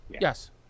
Yes